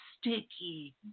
sticky